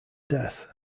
death